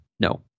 no